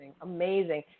amazing